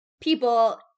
people